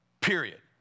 period